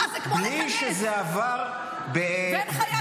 בלי שזה עבר בתחנות.